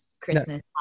Christmas